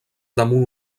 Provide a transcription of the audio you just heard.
damunt